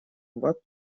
вот